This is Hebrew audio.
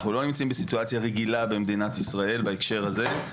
אנחנו לא נמצאים בסיטואציה רגילה במדינת ישראל בהקשר הזה,